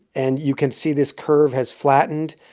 and you can see this curve has flattened.